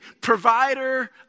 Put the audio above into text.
provider